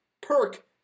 Perk